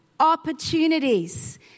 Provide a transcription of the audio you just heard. opportunities